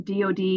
DOD